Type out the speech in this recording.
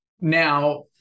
Now